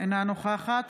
אינה נוכחת